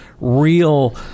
real